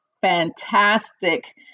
fantastic